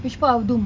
which part of dome